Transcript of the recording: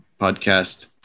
podcast